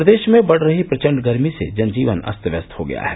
प्रदेश में बढ़ रही प्रचंड गर्मी से जनजीवन अस्त व्यस्त हो गया है